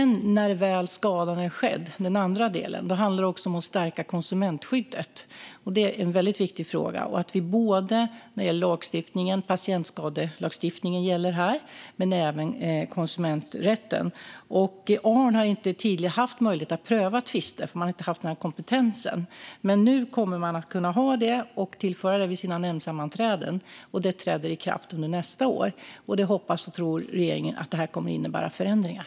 När väl skadan är skedd - detta är den andra delen - handlar det också om att stärka konsumentskyddet. Det är en väldigt viktig fråga. Patientskadelagstiftningen gäller här, liksom konsumenträtten. Arn har inte tidigare haft möjlighet att pröva tvister, för man har inte haft den kompetensen. Nu kommer man dock att kunna ha det och tillföra det vid sina nämndsammanträden. Detta träder i kraft under nästa år, och regeringen hoppas och tror att det kommer att innebära förändringar.